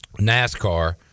nascar